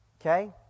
okay